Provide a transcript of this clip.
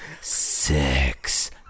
Six